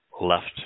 left